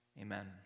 amen